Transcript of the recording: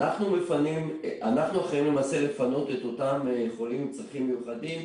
אנחנו אחראים למעשה לפנות את אותם חולים עם צרכים מיוחדים,